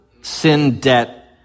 sin-debt